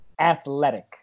Athletic